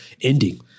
ending